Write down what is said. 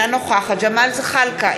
אינה נוכחת ג'מאל זחאלקה,